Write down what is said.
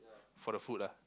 for the food lah